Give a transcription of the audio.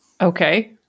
Okay